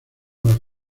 las